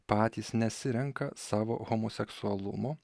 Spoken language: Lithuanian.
patys nesirenka savo homoseksualumo